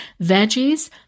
veggies